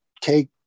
take